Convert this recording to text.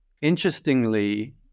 Interestingly